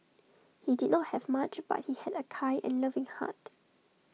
he did not have much but he had A kind and loving heart